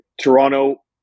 Toronto